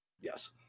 Yes